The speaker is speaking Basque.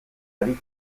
ari